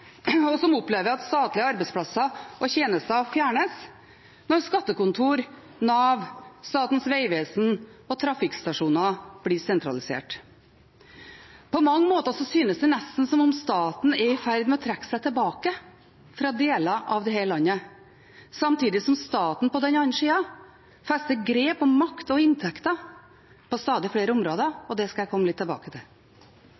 og som opplever at statlige arbeidsplasser og tjenester fjernes når skattekontor, Nav, Statens vegvesen og trafikkstasjoner blir sentralisert. På mange måter synes det nesten som om staten er i ferd med å trekke seg tilbake fra deler av dette landet, samtidig som staten på den annen side fester grep om makt og inntekter på stadig flere områder,